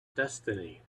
destiny